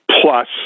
plus